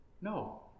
No